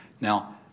Now